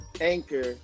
Anchor